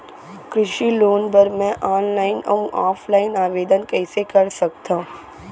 कृषि लोन बर मैं ऑनलाइन अऊ ऑफलाइन आवेदन कइसे कर सकथव?